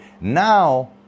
Now